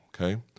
Okay